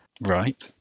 Right